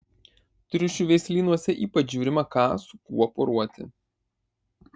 triušių veislynuose ypač žiūrima ką su kuo poruoti